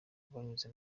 banyuze